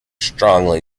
strongly